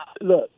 look